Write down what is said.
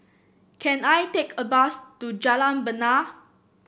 can I take a bus to Jalan Bena